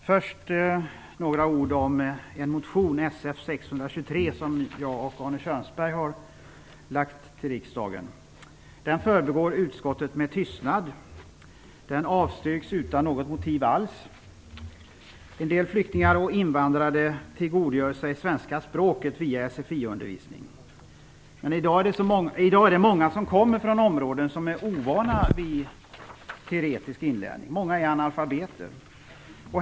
Fru talman! Jag vill först säga några ord om en motion, Sf623, som jag och Arne Kjörnsberg har väckt till riksdagen. Den förbigår utskottet med tystnad, och den avstryks utan några motiv alls. En del flyktingar och invandrare tillgodogör sig svenska språket via sfi-undervisningen. I dag är det dock många människor som kommer från områden där man är ovan vid teoretisk inlärning. Många är analfabeter.